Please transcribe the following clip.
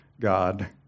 God